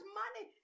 money